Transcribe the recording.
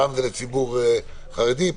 פעם זה לציבור חרדי,